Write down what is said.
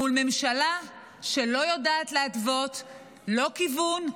מול ממשלה שלא יודעת להתוות לא כיוון,